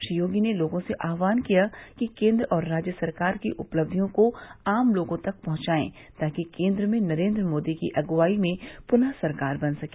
श्री योगी ने लोगों से आहवान किया कि केन्द्र और राज्य सरकार की उपलब्धियों को आम लोगों तक पहंचायें ताकि केन्द्र में नरेन्द्र मोदी की अगुवाई में पुनः सरकार बन सके